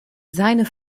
seine